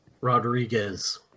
Rodriguez